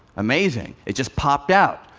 amazing it just popped out.